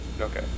Okay